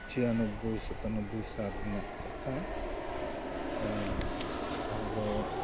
ᱪᱷᱤᱭᱟᱱᱚᱵᱵᱳᱭ ᱥᱟᱛᱟᱱᱚᱵᱵᱳᱭ ᱥᱟᱞ ᱨᱮᱱᱟᱜ ᱠᱟᱛᱷᱟ ᱞᱟᱦᱟ ᱫᱚ